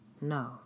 No